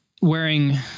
wearing